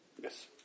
Yes